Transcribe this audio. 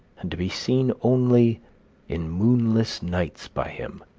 and to be seen only in moonless nights by him.